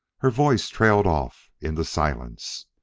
her voice trailed off into silence.